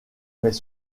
mais